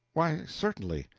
why certainly.